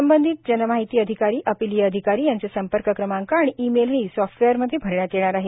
संबंधित जनमाहिती अधिकारी अपिलीय अधिकारी यांचे संपर्क क्रमांक आणि ई मेलही याच सॉफ्टवेअरमध्ये भरण्यात येणार आहे